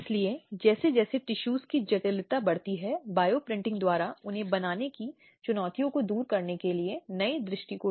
इसलिए ऐसे सभी कार्य जो अपराध हैं घरेलू हिंसा की परिभाषा में आएँगे